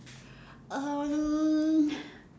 um